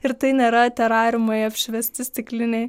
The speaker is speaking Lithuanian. ir tai nėra terariumai apšviesti stikliniai